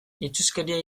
itsuskeria